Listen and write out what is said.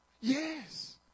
Yes